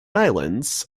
islands